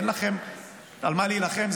אין לכם על מה להילחם?